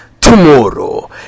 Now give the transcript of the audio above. tomorrow